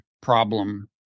problem